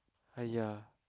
ai ya